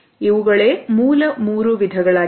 ಇವುಗಳೇ ಮೂಲ 3 ವಿಧಗಳಾಗಿವೆ